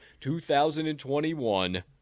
2021